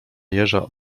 jeża